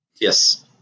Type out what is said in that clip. Yes